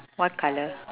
what colour